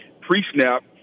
pre-snap